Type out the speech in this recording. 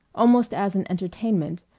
almost as an entertainment,